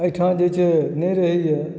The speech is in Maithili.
एहिठाँ जे छै नहि रहैए